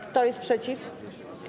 Kto jest przeciw?